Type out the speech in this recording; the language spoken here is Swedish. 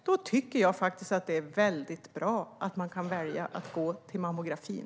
Det är väldigt bra att de kvinnorna kan välja att gå till mammografin.